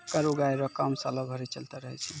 कर उगाही रो काम सालो भरी चलते रहै छै